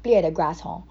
play at the grass hor